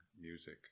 music